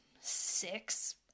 six